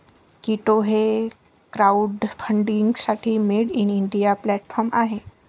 कीटो हे क्राउडफंडिंगसाठी made in India platform आहे